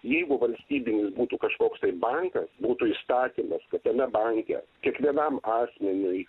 jeigu valstybinis būtų kažkoks tai bankas būtų įstatymas kad tame banke kiekvienam asmeniui